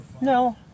No